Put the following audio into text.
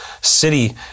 city